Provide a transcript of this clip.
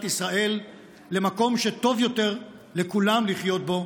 ישראל למקום שטוב יותר לכולם לחיות בו,